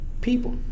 people